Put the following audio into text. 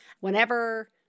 Whenever